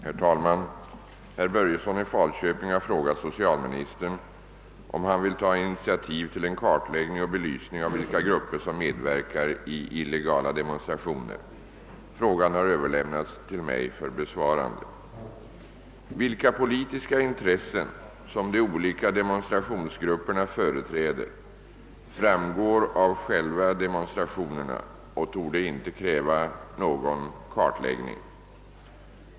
Herr talman! Herr Börjesson i Falköping har frågat socialministern, om han vill ta initiativ till en kartläggning och belysning av vilka grupper som medverkar i illegala demonstrationer. Frågan har överlämnats till mig för besvarande. Vilka politiska intressen som de olika demonstrationsgrupperna företräder framgår av själva demonstrationerna och torde inte kräva någon kartläggning.